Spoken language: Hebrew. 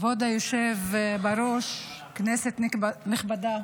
כבוד היושב בראש, כנסת נכבדה,